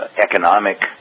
economic